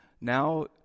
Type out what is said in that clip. now